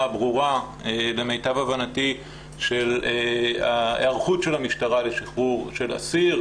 ברורה לגבי היערכות המשטרה לשחרור של אסיר.